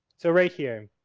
so, right here